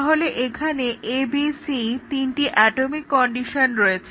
তাহলে এখানে a b c তিনটি অ্যাটমিক কন্ডিশন রয়েছে